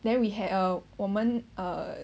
then we had a 我们 uh